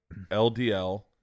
LDL